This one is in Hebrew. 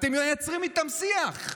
אתם מייצרים איתם שיח.